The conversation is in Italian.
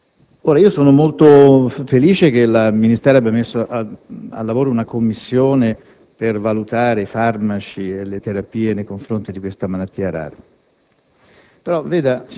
detto. Sono molto felice che il Ministero abbia messo al lavoro una Commissione per valutare i farmaci e le terapie nei confronti di questa malattia rara,